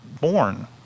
born